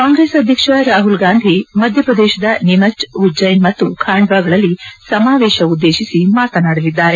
ಕಾಂಗ್ರೆಸ್ ಅಧ್ಯಕ್ಷ ರಾಹುಲ್ಗಾಂಧಿ ಮಧ್ಯಪ್ರದೇಶದ ನಿಮಚ್ ಉಜ್ಜೈನ್ ಮತ್ತು ಖಾಂಡ್ವಗಳಲ್ಲಿ ಸಮಾವೇಶ ಉದ್ದೇಶಿಸಿ ಮಾತನಾಡಲಿದ್ದಾರೆ